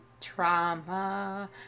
trauma